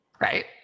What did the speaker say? right